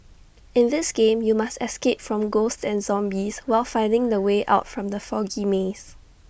in this game you must escape from ghosts and zombies while finding the way out from the foggy maze